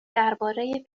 درباره